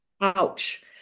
ouch